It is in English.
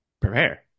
prepare